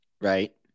Right